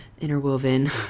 interwoven